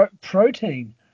protein